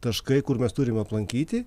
taškai kur mes turim aplankyti